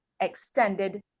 extended